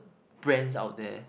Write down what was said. brands out there